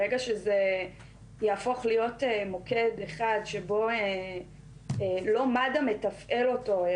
ברגע שזה יהפוך להיות מוקד אחד שבו לא מד"א מתפעל אותו,